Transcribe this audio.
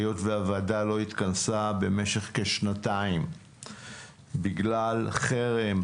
היות והוועדה לא התכנסה במשך כשנתיים בגלל חרם,